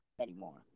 anymore